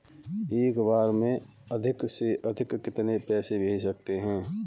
एक बार में अधिक से अधिक कितने पैसे भेज सकते हैं?